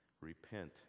Repent